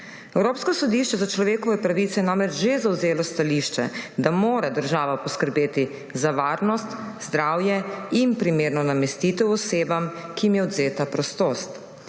Evropsko sodišče za človekove pravice je že zavzelo stališče, da mora država poskrbeti za varnost, zdravje in primerno namestitev oseb, ki jim je odvzeta prostost.